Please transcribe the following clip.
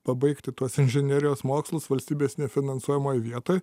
pabaigti tuos inžinerijos mokslus valstybės nefinansuojamoj vietoj